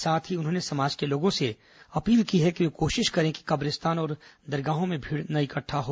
साथ ही उन्होंने समाज के लोगों से अपील की है कि वे कोशिश करें कि कब्रिस्तान और दरगाहों में भीड़ न इकट्ठा हो